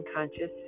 unconscious